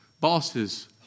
Bosses